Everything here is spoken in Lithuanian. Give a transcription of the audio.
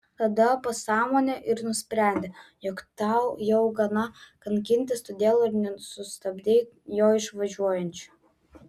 tada pasąmonė ir nusprendė jog tau jau gana kankintis todėl ir nesustabdei jo išvažiuojančio